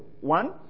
One